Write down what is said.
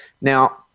Now